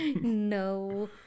No